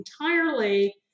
entirely